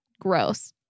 gross